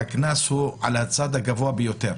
הקנס הוא הגבוה ביותר.